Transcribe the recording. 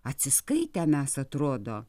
atsiskaitę mes atrodo